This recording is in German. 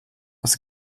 das